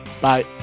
Bye